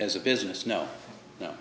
as a business no no